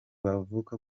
bavuka